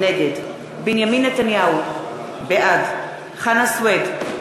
נגד בנימין נתניהו, בעד חנא סוייד,